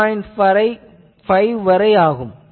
5 வரை ஆகும்